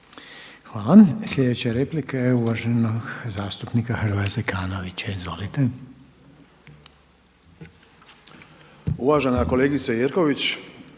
Hvala. Sljedeća replika je uvaženog zastupnika Hrvoja Zekanovića. Izvolite. **Zekanović,